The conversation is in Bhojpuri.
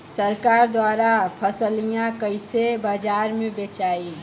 सरकार द्वारा फसलिया कईसे बाजार में बेचाई?